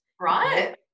right